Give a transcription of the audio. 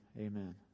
amen